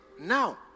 Now